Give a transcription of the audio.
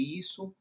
isso